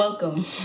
Welcome